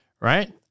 right